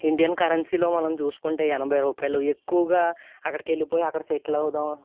Indian కరెన్సీలో మనం చూసుకుంటే ఎనభై రూపాయలు ఎక్కువగా అక్కడికి వెళ్ళిపోయి అక్కడ సెటిల్ అవుదాము